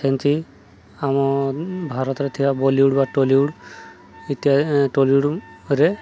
ସେନ୍ତି ଆମ ଭାରତରେ ଥିବା ବଲିଉଡ଼ ବା ଟଲିଉଡ଼ ଇତ୍ୟାଦି ଟଲିଉଡ଼ରେ